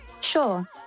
Sure